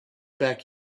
back